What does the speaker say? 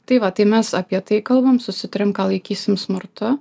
tai va tai mes apie tai kalbam susitariam ką laikysim smurtu